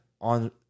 on